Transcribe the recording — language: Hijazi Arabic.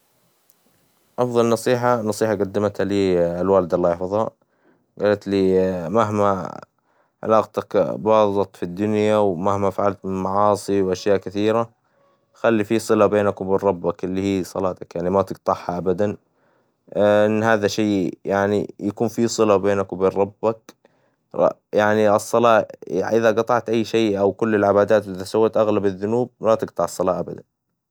أفظل نصيحة، نصيحة قدمتها لي الوالدة الله يحفظها قالت لي: مهما علاقتك باظت في الدنيا ومهما فعلت معاصي وأشياء كثيرة خلي في صلة بينك وبين ربك، إللي هي صلاتك يعني ما تقطعها ابدا، إن هذا شي يعني يكون في صلة بينك وبين ربك يعني الصلاة إذا قطعت أي شي أو كل العبادات إذا سويت أغلب الذنوب ما تقطع الصلاة أبدا.